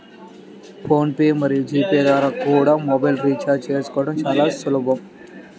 phone pay మరియు G Pay ద్వారా కూడా మొబైల్ రీఛార్జి చేసుకోవడం చాలా సులభం